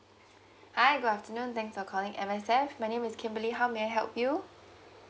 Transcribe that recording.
hi good afternoon thanks for calling M_S_F my name is kimberly how may I help you